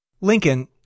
Lincoln